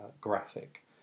graphic